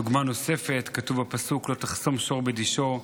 דוגמה נוספת, כתוב בפסוק "לא תחסֹם שור בדישו".